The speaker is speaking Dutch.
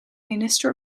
minister